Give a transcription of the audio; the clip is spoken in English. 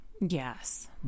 Yes